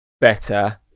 better